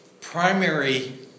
primary